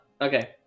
Okay